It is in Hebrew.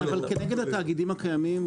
אבל כנגד התאגידים הקיימים,